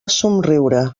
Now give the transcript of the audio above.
somriure